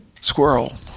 squirrel